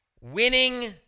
Winning